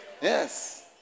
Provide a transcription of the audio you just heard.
Yes